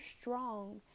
strong